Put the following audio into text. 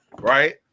right